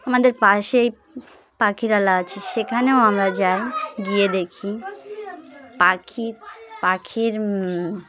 আমাদের পাশেই পাখিরালয় আছে সেখানেও আমরা যাই গিয়ে দেখি পাখির পাখির